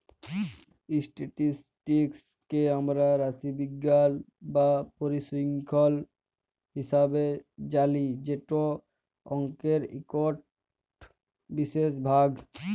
statistics কে আমরা রাশিবিজ্ঞাল বা পরিসংখ্যাল হিসাবে জালি যেট অংকের ইকট বিশেষ ভাগ